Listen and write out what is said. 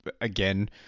again